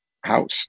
house